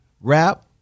rap